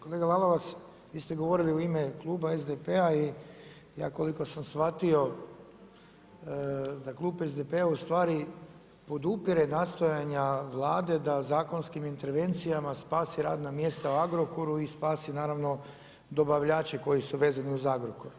Kolega Lalovac, vi ste govorili u ime Kluba SDP-a i ja koliko sam shvatio, da Klub SDP ustvari podupire nastojanja Vlade da zakonskim intervencijama spasi radna mjesta u Agrokoru i spasi naravno dobavljače koji su vezani uz Agrokor.